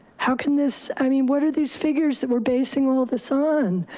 how can this, i mean, what are these figures that we're basing all this on?